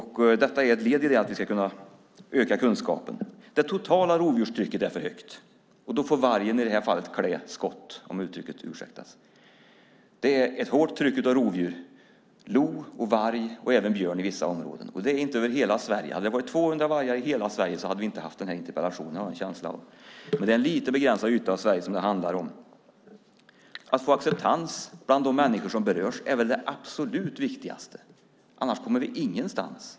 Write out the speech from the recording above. Detta är ett led i att vi ska kunna öka kunskapen. Det totala rovdjurstrycket är för högt. Då får vargen i det här fallet klä skott, om uttrycket ursäktas. Det är ett hårt tryck av rovdjur, lo, varg och även björn, i vissa områden. Det är inte över hela Sverige. Hade det varit 200 vargar i hela Sverige hade vi inte haft den här interpellationen, har jag en känsla av. Det är en liten begränsad yta av Sverige som det handlar om. Att få acceptans bland de människor som berörs är väl det absolut viktigaste. Annars kommer vi ingenstans.